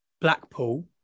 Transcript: Blackpool